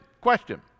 question